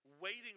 Waiting